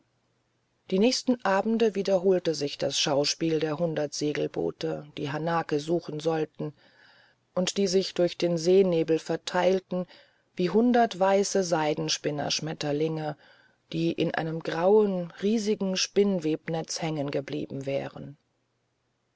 die nächsten abende wiederholte sich das schauspiel der hundert segelboote die hanake suchen sollten und die sich durch den seenebel verteilten wie hundert weiße seidenspinnerschmetterlinge die in einem grauen riesigen spinnenwebnetz hängen geblieben wären